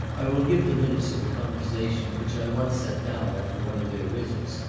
i will give the minutes of a conversation which i once set down after one of their visits,